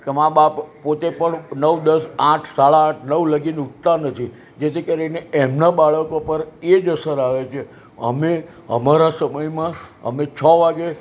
કે માં બાપ પોતે પણ નવ દસ આઠ સાડા આઠ નવ લગીન ઉઠતાં નથી જેથી કરી ને એમનાં બાળકો પર એ જ અસર આવે છે અમે અમારાં સમયમાં અમે છ વાગે